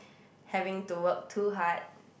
having to work too hard